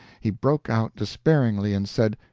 he broke out despairingly, and said,